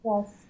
Yes